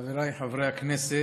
חבריי חברי הכנסת,